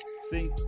See